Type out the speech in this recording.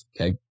Okay